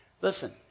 Listen